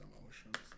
emotions